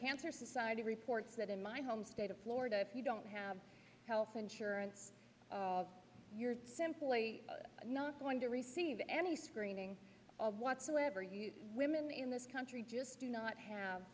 cancer society reports that in my home state of florida if you don't have health insurance you're simply not going to receive any screening of whatsoever you women in this country just do not have